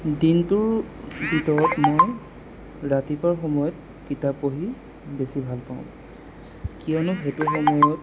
দিনটোৰ ভিতৰত মই ৰাতিপুৱাৰ সময়ত কিতাপ পঢ়ি বেছি ভালপাওঁ কিয়নো সেইটো সময়ত